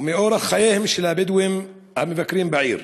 ומאורח חייהם של הבדואים המבקרים בעיר.